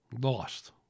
lost